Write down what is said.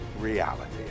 reality